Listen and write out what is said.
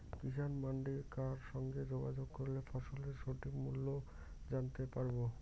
কিষান মান্ডির কার সঙ্গে যোগাযোগ করলে ফসলের সঠিক মূল্য জানতে পারবো?